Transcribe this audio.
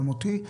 גם אותי.